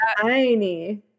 tiny